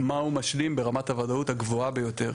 מה הוא משלים ברמת הוודאות הגבוהה ביותר.